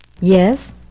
Yes